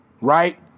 right